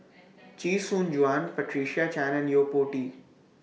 Chee Soon Juan Patricia Chan and Yo Po Tee